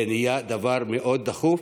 זה נהיה דבר מאוד דחוף,